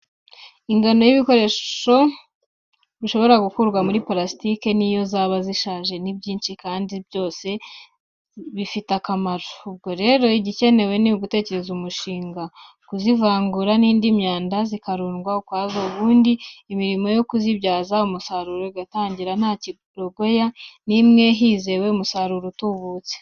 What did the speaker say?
Ingano y'ibikoresho bishobora gukorwa muri purasitiki n'iyo zaba zishaje, ni byinshi kandi byose bifite akamaro, ubwo rero igikenewe ni ugutekereza umushinga, kuzivangura n'indi myanda zikarundwa ukwazo ubundi imirimo yo kuzibyaza umusaruro igatangira nta kirogoya n'imwe hizewe umusaruro utubutse.